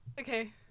Okay